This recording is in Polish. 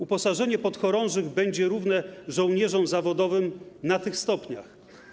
Uposażenie podchorążych będzie równe żołnierzom zawodowym w tych stopniach.